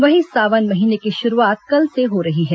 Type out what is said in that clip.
वहीं सावन महीने की शुरूआत कल से हो रही है